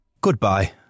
Goodbye